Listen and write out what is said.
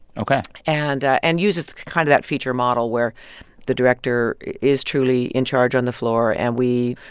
ok. and ah and uses kind of that feature model where the director is truly in charge on the floor. and we